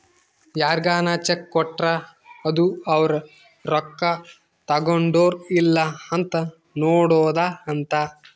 ಯಾರ್ಗನ ಚೆಕ್ ಕೊಟ್ರ ಅದು ಅವ್ರ ರೊಕ್ಕ ತಗೊಂಡರ್ ಇಲ್ಲ ಅಂತ ನೋಡೋದ ಅಂತ